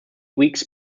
weeks